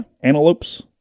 Antelopes